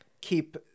keep